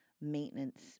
maintenance